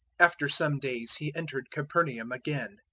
after some days he entered capernaum again,